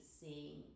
seeing